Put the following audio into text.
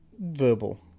verbal